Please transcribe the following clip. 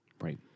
right